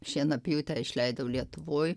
šienapjūtę išleidau lietuvoj